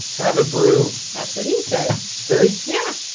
have a brew that's what he said jerry yeah